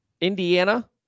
Indiana